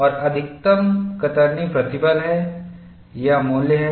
और अधिकतम कतरनी प्रतिबल है यह मूल्य है